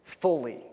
fully